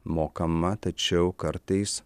mokama tačiau kartais